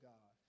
God